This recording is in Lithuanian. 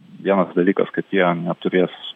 vienas dalykas kad jie neturės